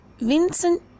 Vincent